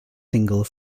single